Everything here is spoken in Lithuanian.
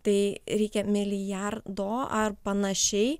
tai reikia milijardo ar panašiai